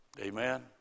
Amen